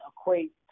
equate